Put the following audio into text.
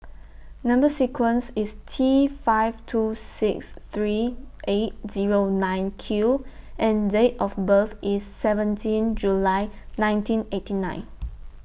Number sequence IS T five two six three eight Zero nine Q and Date of birth IS seventeenth July nineteen eighty nine